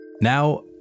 Now